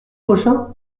prochain